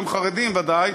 הם חרדים, ודאי,